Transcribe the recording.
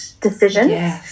decisions